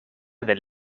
del